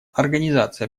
организация